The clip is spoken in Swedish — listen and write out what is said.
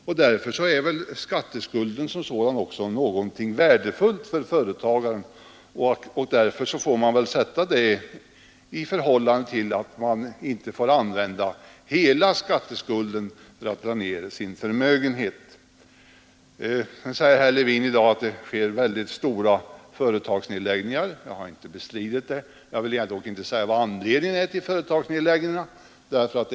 Av den anledningen är skatteskulden som sådan någonting värdefullt för företagaren, och man bör väl sätta detta i samband med att hela skatteskulden inte får användas för att dra ned Nr 106 förmögenheten. Onsdagen den Nu sade herr Levin att det sker väldigt stora företagsnedläggningar. Jag 1 november 1972 har inte bestridit detta men vill inte säga vad anledningen till nedläggningarna är.